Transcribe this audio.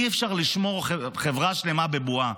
אי-אפשר לשמור חברה שלמה בבועה,